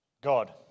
God